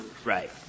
Right